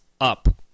Up